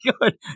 good